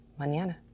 mañana